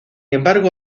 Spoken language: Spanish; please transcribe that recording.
embargo